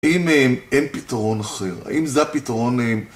אם אין פתרון אחר האם זה הפתרון אה